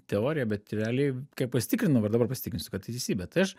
teorija bet realiai kai pasitikrinu va dabar pasitikrinsiu kad tai teisybė tai aš